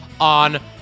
on